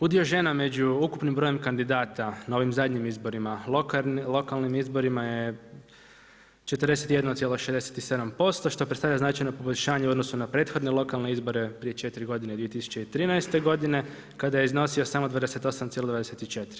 Udio žena među ukupnim brojem kandidata na ovim zadnjim izborima, lokalnim izborima je 41,67%, što predstavlja značajno poboljšanje u odnosu na prethodne lokalne izbore prije 4 godine, 2013. godine kada je iznosio samo 28,24.